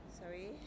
Sorry